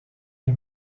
les